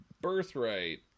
Birthright